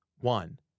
One